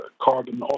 carbon